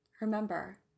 Remember